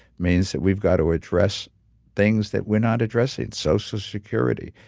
means that we've got to address things that we're not addressing social security,